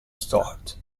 start